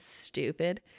stupid